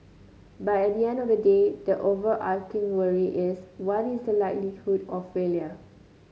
but at the end of the day the overarching worry is what is the likelihood of failure